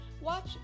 Watch